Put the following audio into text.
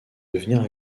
devenir